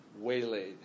waylaid